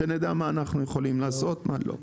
כדי שנדע מה אנחנו יכולים לעשות ומה לא.